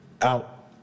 out